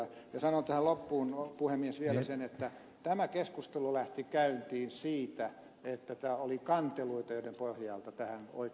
ja sanon tähän loppuun puhemies vielä sen että tämä keskustelu lähti käyntiin siitä että täällä oli kanteluita joiden pohjalta tähän oikeusviranomaiset puuttuivat